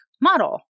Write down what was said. model